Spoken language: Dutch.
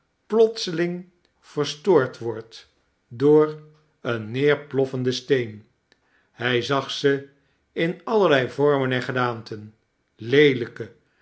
plotseling verstoord wordt door eein neerploffenden steen hij zag ze in allerlei vormen en gedaanteh leelijke